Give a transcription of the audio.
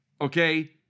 okay